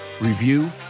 review